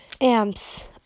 AMPS